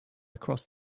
across